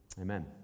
Amen